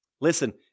Listen